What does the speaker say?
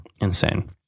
insane